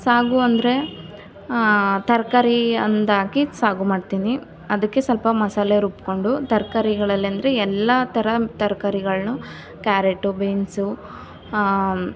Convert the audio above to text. ಸಾಗು ಅಂದರೆ ತರಕಾರಿ ಅಂದಾಕಿ ಸಾಗು ಮಾಡ್ತೀನಿ ಅದಕ್ಕೆ ಸ್ವಲ್ಪ ಮಸಾಲೆ ರುಬ್ಬಿಕೊಂಡು ತರಕಾರಿಗಳಲ್ಲಂದ್ರೆ ಎಲ್ಲ ಥರ ತರಕಾರಿಗಳನ್ನೂ ಕ್ಯಾರೆಟು ಬೀನ್ಸು